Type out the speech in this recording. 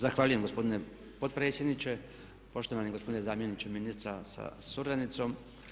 Zahvaljujem gospodine potpredsjedniče, poštovani gospodine zamjeniče ministra sa suradnicom.